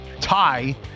Tie